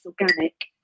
Organic